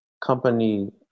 company